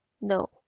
No